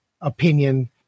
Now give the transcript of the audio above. opinion